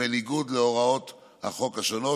בניגוד להוראות החוק השונות,